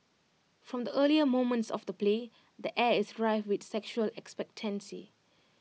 from the earliest moments of the play the air is rife with sexual expectancy